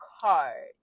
card